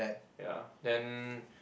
ya then